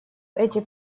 эти